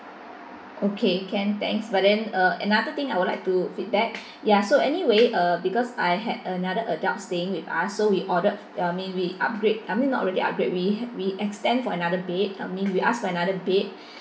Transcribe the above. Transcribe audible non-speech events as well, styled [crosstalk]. okay can thanks but then uh another thing I would like to feedback [breath] ya so anyway uh because I had another adult staying with us so we ordered I mean we upgrade I mean not really upgrade we we extend for another bed I mean we ask for another bed